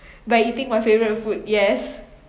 by eating my favourite food yes